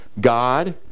God